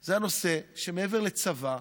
זה הנושא שמעבר לצבא: